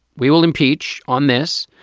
we will impeach on this,